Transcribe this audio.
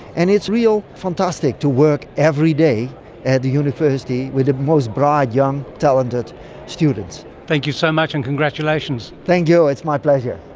and it's really fantastic to work every day at the university with the most bright young talented students. thank you so much and congratulations. thank you, it's my pleasure.